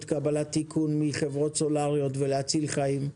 קבלת איכון מחברות סלולריות ולהציל חיים.